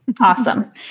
Awesome